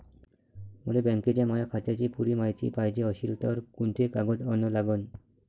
मले बँकेच्या माया खात्याची पुरी मायती पायजे अशील तर कुंते कागद अन लागन?